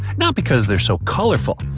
not because they're so colorful,